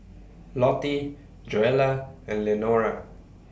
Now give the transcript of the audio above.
Lottie Joella and Lenora